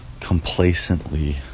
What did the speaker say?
complacently